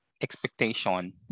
expectation